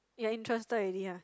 you're interested already ah